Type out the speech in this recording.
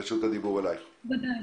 תודה רבה.